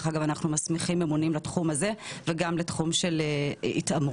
מסמיכים ממונים לתחום הזה וגם לתחום של התעמרות.